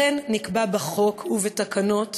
לכן נקבעו בחוק ובתקנות